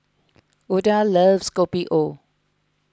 Oda loves Kopi O